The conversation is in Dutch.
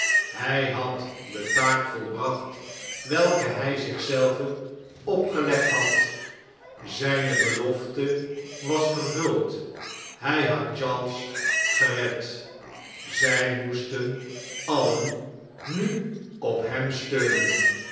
hy had de taak volbracht welke hij zich zelven opgelegd had zijne belofte was vervuld hy had charles gered zy moesten alien nu op hem steunen